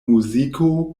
muziko